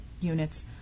units